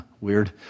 Weird